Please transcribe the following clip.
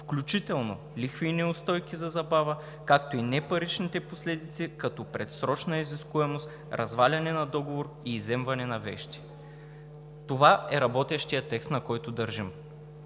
включително лихви и неустойки за забава, както и непаричните последици като предсрочна изискуемост, разваляне на договор и изземване на вещи.“ Това е работещият текст, на който държим.